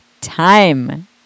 time